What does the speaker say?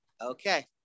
okay